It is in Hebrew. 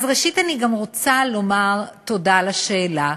ראשית, אני גם רוצה לומר תודה על השאלה,